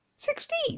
Sixteen